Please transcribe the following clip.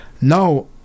Now